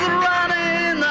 running